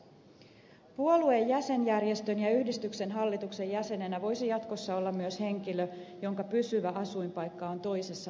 puolueen jäsenjärjestön ja yhdistyksen hallituksen jäsenenä voisi jatkossa olla myös henkilö jonka pysyvä asuinpaikka on toisessa valtiossa